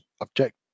object